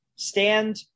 Stand